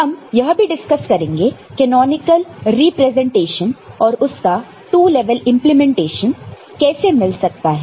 हम यह भी डिस्कस करेंगे कैनॉनिकल रिप्रेजेंटेशन और उसका 2 लेवल इंप्लीमेंटेशन कैसे मिल सकता है